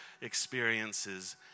experiences